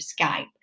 Skype